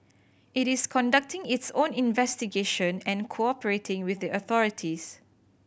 it is conducting its own investigation and cooperating with the authorities